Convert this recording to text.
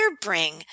bring